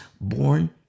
born